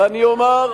ואני אומר,